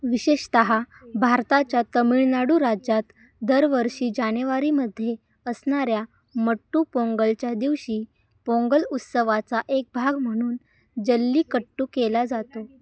विशेषतः भारताच्या तमिळनाडू राज्यात दरवर्षी जानेवारीमध्ये असणाऱ्या मट्टू पोंगलच्या दिवशी पोंगल उत्सवाचा एक भाग म्हणून जल्लिकट्टू केला जातो